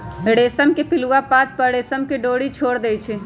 रेशम के पिलुआ पात पर रेशम के डोरी छोर देई छै